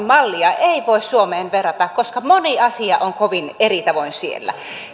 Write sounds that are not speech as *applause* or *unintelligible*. *unintelligible* mallia ei voi suomeen verrata koska moni asia on kovin eri tavoin siellä